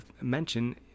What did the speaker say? mention